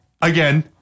Again